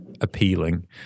appealing